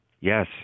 Yes